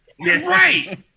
Right